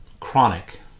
chronic